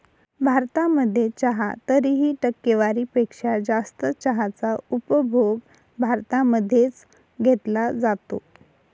भारतामध्ये चहा तरीही, टक्केवारी पेक्षा जास्त चहाचा उपभोग भारतामध्ये च घेतला जातो